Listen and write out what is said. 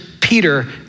Peter